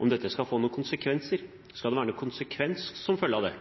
om dette skal få noen konsekvenser. Skal det være noen konsekvens som følge av det?